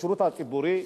בשירות הציבורי.